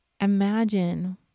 Imagine